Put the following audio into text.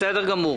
בסדר גמור.